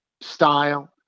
style